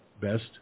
best